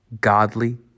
godly